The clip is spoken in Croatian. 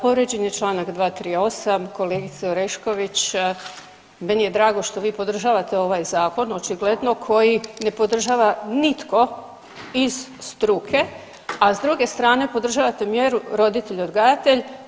Povrijeđen je Članak 238., kolegice Orešković meni je drago što vi podržavate ovaj zakon očigledno koji ne podržava nitko iz struke, a s druge strane podržavate mjeru „roditelj odgajatelj“